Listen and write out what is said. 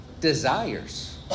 Desires